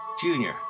Junior